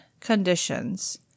conditions